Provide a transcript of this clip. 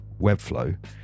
webflow